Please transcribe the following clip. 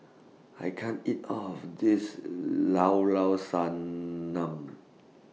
I can't eat All of This Llao Llao Sanum